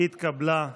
התקבלה.